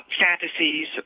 fantasies